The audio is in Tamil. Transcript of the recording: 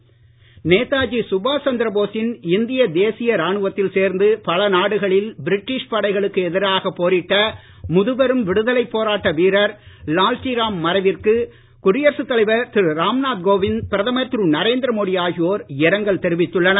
மோடி இரங்கல் நேதாஜி சுபாஷ் சந்திரபோசின் இந்திய தேசிய ராணுவத்தில் சேர்ந்து பல நாடுகளில் பிரிட்டிஷ் படைகளுக்கு எதிராக போரிட்ட முதுபெரும் விடுதலைப் போராட்ட வீரர் லால்ட்டி ராம் மறைவிற்கு குடியரசு தலைவர் திரு ராம் நாத் கோவிந்த் பிரதமர் திரு நரேந்திர மோடி ஆகியோர் இரங்கல் தெரிவித்துள்ளனர்